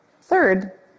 Third